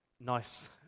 Nice